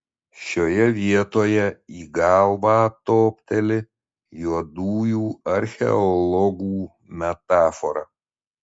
šioje vietoje į galvą topteli juodųjų archeologų metafora